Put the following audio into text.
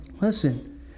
Listen